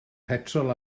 petrol